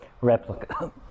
replica